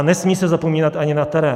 Nesmí se zapomínat ani na terén.